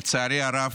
לצערי הרב,